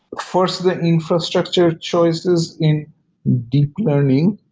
first, the infrastructure choices in deep learning,